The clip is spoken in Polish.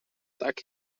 tak